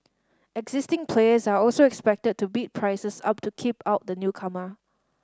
existing players are also expected to bid prices up to keep out the newcomer